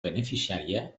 beneficiària